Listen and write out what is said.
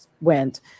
went